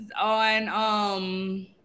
on